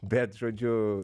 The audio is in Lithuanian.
bet žodžiu